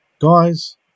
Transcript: guys